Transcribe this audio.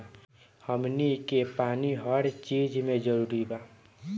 हमनी के पानी हर चिज मे जरूरी बा